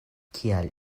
kial